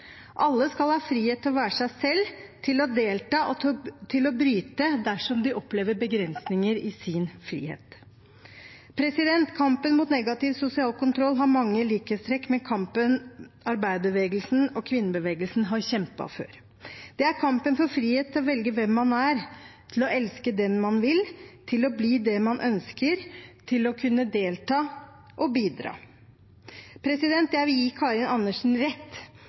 Alle skal ha frihet til å være seg selv, til å delta og til å bryte dersom de opplever begrensninger i sin frihet. Kampen mot negativ sosial kontroll har mange likhetstrekk med kampen arbeiderbevegelsen og kvinnebevegelsen har kjempet før. Det er kampen for frihet til å velge hvem man er, til å elske den man vil, til å bli det man ønsker, til å kunne delta og bidra. Jeg vil gi Karin Andersen rett